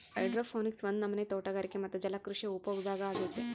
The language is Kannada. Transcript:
ಹೈಡ್ರೋಪೋನಿಕ್ಸ್ ಒಂದು ನಮನೆ ತೋಟಗಾರಿಕೆ ಮತ್ತೆ ಜಲಕೃಷಿಯ ಉಪವಿಭಾಗ ಅಗೈತೆ